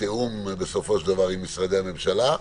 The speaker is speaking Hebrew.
בתיאום בסופו של דבר עם משרדי הממשלה.